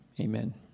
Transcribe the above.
Amen